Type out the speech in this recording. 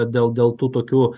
dėl dėl tų tokių